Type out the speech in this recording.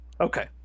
Okay